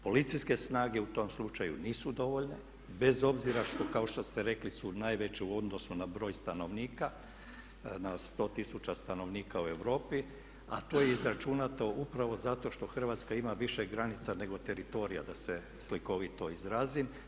Policijske snage u tom slučaju nisu dovoljne, bez obzira što kao što ste rekli su najveće u odnosu na broj stanovnika na 100 tisuća stanovnika u Europi, a to je izračunato upravo zato što Hrvatska ima više granica nego teritorija da se slikovito izrazim.